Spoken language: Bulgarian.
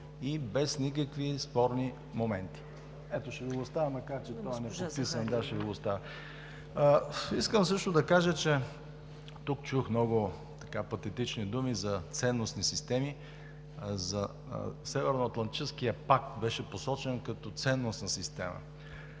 и без никакви спорни моменти. Ето, ще Ви го оставя, макар че е неподписан – да, ще Ви го оставя. (Показва документа.) Искам също да кажа, че тук чух много патетични думи за ценностни системи – Северноатлантическият пакт беше посочен като ценностна система.